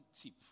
tip